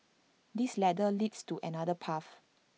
this ladder leads to another path